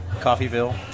Coffeeville